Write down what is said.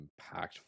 impactful